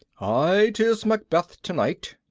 aye, tiz macbeth tonight,